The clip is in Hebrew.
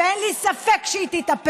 ואין לי ספק שהיא תתהפך,